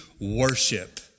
worship